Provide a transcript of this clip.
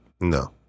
No